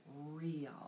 real